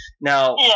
Now